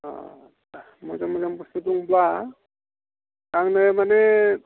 अ मोजां मोजां बुस्थु दङब्ला आंनो माने